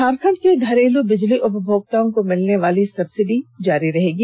झारखंड के घरेलू बिजली उपभोक्ताओं मिलने वाली सब्सिडी जारी रहेगी